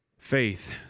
Faith